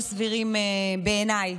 סבירים, בעיניי,